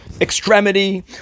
extremity